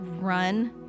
run